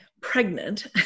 pregnant